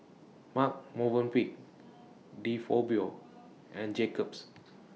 Marche Movenpick De Fabio and Jacob's